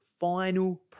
final